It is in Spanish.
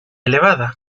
elevada